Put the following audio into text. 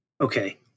okay